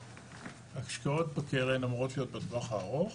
ההשקעות בקרן אמורות להיות לטווח הארוך.